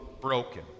broken